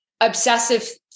obsessive